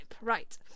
Right